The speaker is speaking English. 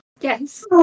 Yes